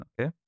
Okay